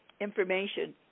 information